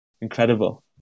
incredible